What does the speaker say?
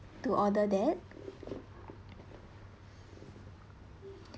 to order that